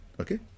Okay